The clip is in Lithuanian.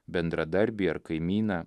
bendradarbį ar kaimyną